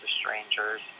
strangers